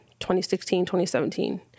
2016-2017